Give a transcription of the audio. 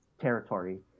territory